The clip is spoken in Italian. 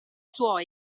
suoi